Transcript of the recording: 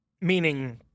meaning